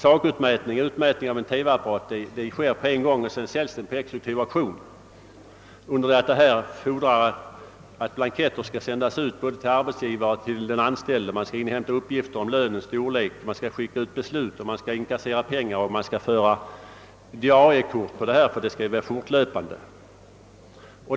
Sakutmätning, utmätning av t.ex. en TV-apparat, sker på en gång, och sedan säljs apparaten på exekutiv auktion, under det att detta förslag fordrar att blanketter skall sändas ut till både arbetsgivare och anställda. Man skall inhämta uppgifter om lönens storlek, man skall skicka ut beslut, man skall inkassera pengar och man skall fortlöpande föra diariekort.